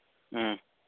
ꯎꯝ